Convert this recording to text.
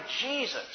Jesus